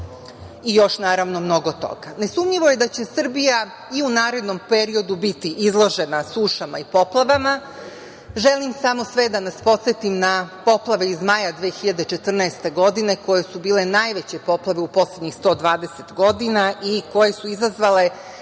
i još mnogo toga. Nesumnjivo je da će Srbija i u narednom periodu biti izložena sušama i poplavama, želim samo sve da nas podsetim na poplave iz maja 2014. godine, koje su bile najveće poplave u poslednjih 120 godina, i koje su izazvale